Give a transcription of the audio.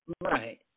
Right